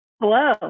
Hello